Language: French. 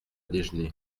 déjeuner